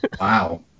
Wow